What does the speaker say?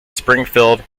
springfield